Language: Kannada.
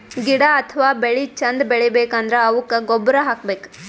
ಗಿಡ ಅಥವಾ ಬೆಳಿ ಚಂದ್ ಬೆಳಿಬೇಕ್ ಅಂದ್ರ ಅವುಕ್ಕ್ ಗೊಬ್ಬುರ್ ಹಾಕ್ಬೇಕ್